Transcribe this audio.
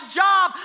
job